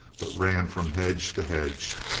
but ran from hedge to hedge.